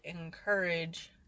encourage